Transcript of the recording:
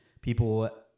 people